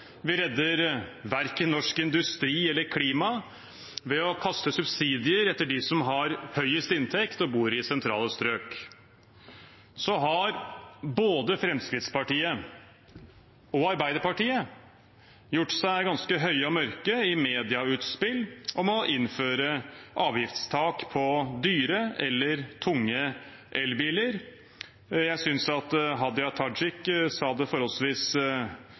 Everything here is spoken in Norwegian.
Vi redder verken norsk industri eller klimaet ved å kaste subsidier etter dem som har høyest inntekt og bor i sentrale strøk. Så har både Fremskrittspartiet og Arbeiderpartiet gjort seg ganske høye og mørke i medieutspill om å innføre avgiftstak på dyre eller tunge elbiler. Jeg synes at Hadia Tajik sa det forholdsvis